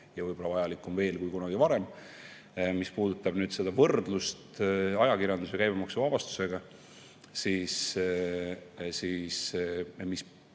ja võib-olla vajalikum kui kunagi varem. Mis puudutab seda võrdlust ajakirjanduse käibemaksuvabastusega, siis kui me